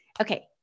okay